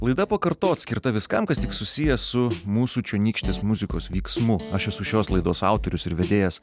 laida pakartot skirta viskam kas tik susiję su mūsų čionykštės muzikos vyksmu aš esu šios laidos autorius ir vedėjas